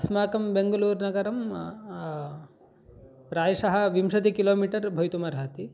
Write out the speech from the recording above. अस्माकं बेङ्गलूर्नगरं प्रायशः विंशति किलोमीटर् भवितुम् अर्हति